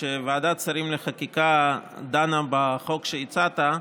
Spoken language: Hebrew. כשוועדת השרים לענייני חקיקה דנה בחוק שהצעת,